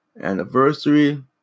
anniversary